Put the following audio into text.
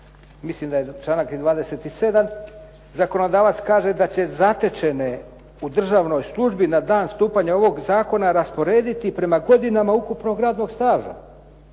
mislim da je članak 27. zakonodavac kaže da će zatečene u državnoj službi na dan stupanja ovoga Zakona rasporediti prema godinama ukupnog radnog staža,